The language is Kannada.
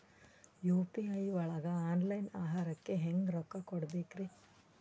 ಯು.ಪಿ.ಐ ಒಳಗ ಆನ್ಲೈನ್ ಆಹಾರಕ್ಕೆ ಹೆಂಗ್ ರೊಕ್ಕ ಕೊಡಬೇಕ್ರಿ?